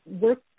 work